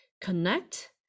connect